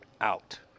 out